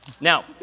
Now